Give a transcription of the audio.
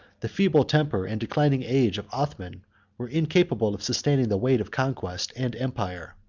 the feeble temper and declining age of othman were incapable of sustaining the weight of conquest and empire.